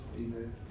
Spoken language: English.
amen